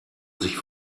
sich